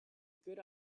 good